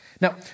Now